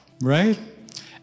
right